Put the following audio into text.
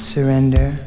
Surrender